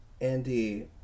andy